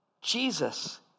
Jesus